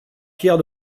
pierre